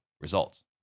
results